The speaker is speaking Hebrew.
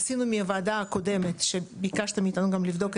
עשינו מהוועדה הקודמת עבודה,